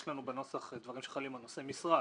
יש לנו בנוסח דברים שחלים על נושאי משרה,